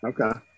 Okay